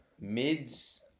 mids